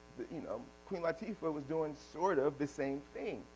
you know queen latifah was doing sort of the same thing,